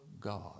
God